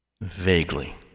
Vaguely